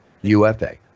UFA